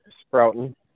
sprouting